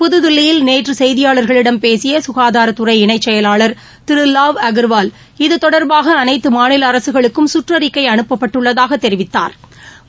புதுதில்லியில் நேற்ற செய்தியாளர்களிடம் பேசிய ககாதாரத்துறை இணை செயலாளர் திரு லாவ் அகர்வால் இத்தொடர்பாக அனைத்து மாநில அரசுகளுக்கும் சுற்றறிக்கை அனுப்பப்பட்டுள்ளதாக தெரிவித்தாா்